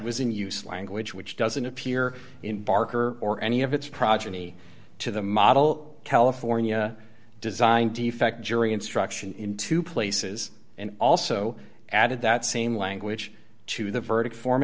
was in use language which doesn't appear in barker or any of its progeny to the model california design defect jury instruction in two places and also added that same language to the verdict form